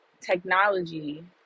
technology